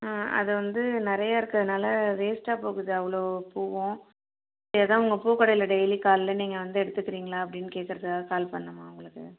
ஆ அதை வந்து நிறையா இருக்கிறனால வேஸ்ட்டாக போகுது அவ்வளோ பூவும் ஏதா உங்கள் பூக்கடையில் டெய்லி காலையில நீங்கள் வந்து எடுத்துக்குறீங்களா அப்படினு கேட்குறதுக்காக கால் பண்ணிணமா உங்களுக்கு